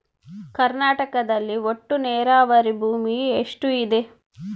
ಕರ್ನಾಟಕದಲ್ಲಿ ಒಟ್ಟು ನೇರಾವರಿ ಭೂಮಿ ಎಷ್ಟು ಇದೆ?